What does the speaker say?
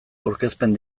aurkezpen